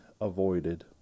avoided